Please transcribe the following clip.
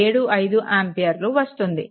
75 ఆంపియర్లు వస్తుంది